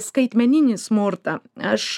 skaitmeninį smurtą aš